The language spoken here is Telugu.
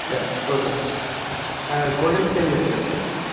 sir okay sir cool drinks ఏం చెప్పలేదు సార్ మీరు